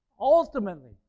Ultimately